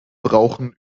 brauchen